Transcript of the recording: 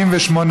התשע"ה 2015,